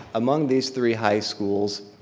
among these three high schools,